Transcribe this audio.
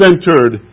Centered